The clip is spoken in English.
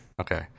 Okay